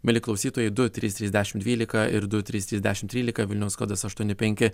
mieli klausytojai du trys trys dešimt dvylika ir du trys trys dešimt trylika vilniaus kodas aštuoni penki